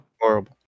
horrible